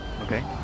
Okay